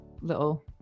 little